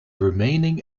remaining